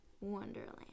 Wonderland